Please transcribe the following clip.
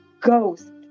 ghost